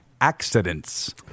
accidents